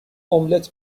املت